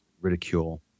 ridicule